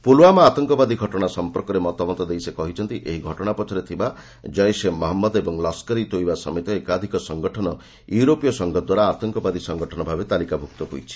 ପୁଲ୍ୱାମା ଆତଙ୍କବାଦୀ ଆକ୍ରମଣ ଘଟଣା ସମ୍ପର୍କରେ ମତାମତ ଦେଇ ସେ କହିଛନ୍ତି ଏହି ଘଟଣା ପଛରେ ଥିବା ଜୈସ୍ ଏ ମହମ୍ମଦ ଓ ଲସ୍କର ଇ ତୋୟବା ସମେତ ଏକାଧିକ ସଙ୍ଗଠନ ୟୁରୋପୀୟ ସଂଘଦ୍ୱାରା ଆତଙ୍କବାଦୀ ସଙ୍ଗଠନ ଭାବେ ତାଲିକାଭ୍ରକ୍ତ ହୋଇଛି